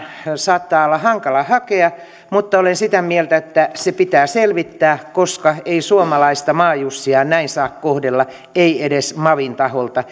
saattaa olla hankala hakea mutta olen sitä mieltä että se pitää selvittää koska ei suomalaista maajussia näin saa kohdella ei edes mavin taholta